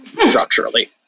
structurally